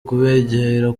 kubegera